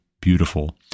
beautiful